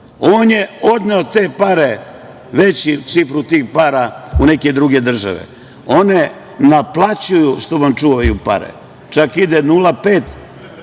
on je odneo te pare, veću cifru tih para u neke druge države, one naplaćuju što vam čuvaju pare, čak ide, 0,5%